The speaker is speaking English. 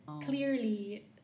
Clearly